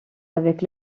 avec